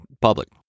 public